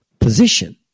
position